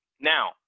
Now